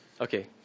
Okay